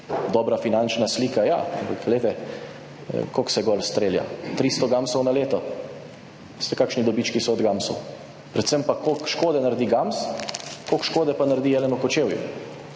dobra finančna slika, ja, ampak glejte, koliko se gor strelja? 300 gamsov na leto, veste, kakšni dobički so od gamsov, predvsem pa koliko škode naredi gams, koliko škode pa naredi jelen v Kočevju,